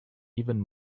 even